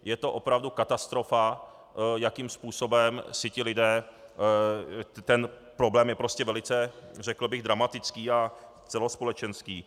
Je to opravdu katastrofa, jakým způsobem si ti lidé ten problém je prostě velice, řekl bych, dramatický a celospolečenský.